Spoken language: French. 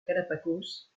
galápagos